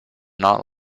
not